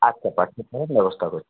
আচ্ছা পাঠিয়ে দেওয়ার ব্যবস্থা করছি